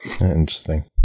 Interesting